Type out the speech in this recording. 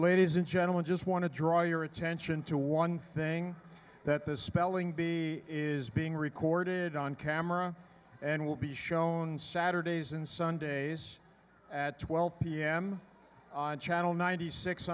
ladies and gentlemen just want to draw your attention to one thing that the spelling bee is being recorded on camera and will be show on saturdays and sundays at twelve pm on channel ninety six